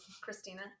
Christina